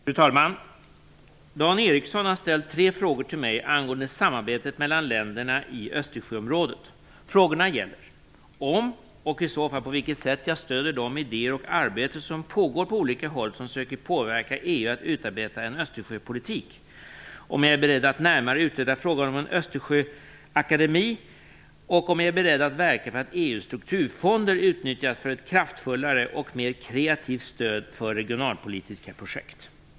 Fru talman! Dan Ericsson har ställt tre frågor till mig angående samarbetet mellan länderna i Östersjöområdet. Frågorna gäller om och i så fall på vilket sätt jag stöder de idéer och det arbete som pågår på olika håll som söker påverka EU att utarbeta en Östersjöpolitik, om jag är beredd att närmare utreda frågan om en Östersjöakademi och om jag är beredd att verka för att EU:s strukturfonder utnyttjas för ett kraftfullare och mer kreativt stöd för regionalpolitiska projekt.